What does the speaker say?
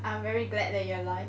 I'm very glad that you're alive